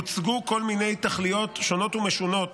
הוצגו כל מיני תכליות שונות ומשונות